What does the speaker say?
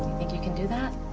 think you can do that?